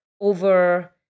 over